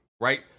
Right